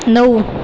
नऊ